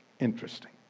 Interesting